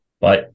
Bye